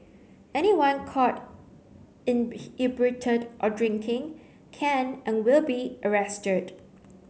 anyone caught inebriated or drinking can and will be arrested